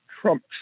Trump